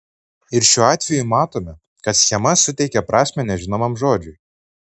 ir šiuo atveju matome kad schema suteikia prasmę nežinomam žodžiui